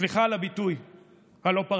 סליחה על הביטוי הלא-פרלמנטרי,